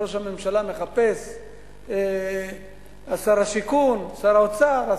ראש הממשלה, שר השיכון, שר האוצר,